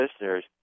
listeners